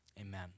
amen